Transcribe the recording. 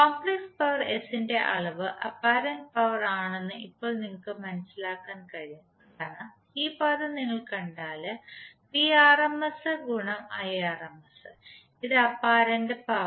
complex power S ന്റെ അളവ് apparent power ആണെന്ന് ഇപ്പോൾ നിങ്ങൾക്ക് മനസ്സിലാക്കാൻ കഴിയും കാരണം ഈ പദം നിങ്ങൾ കണ്ടാൽ Vrms Irms ഇതാണ് അപ്പാരന്റ പവർ